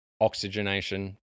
oxygenation